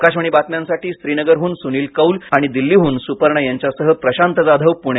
आकाशवाणी बातम्यांसाठी श्रीनगरहून सुनील कौल आणि दिल्लीहून सुपर्णा यांच्यासह प्रशांत जाधव पुणे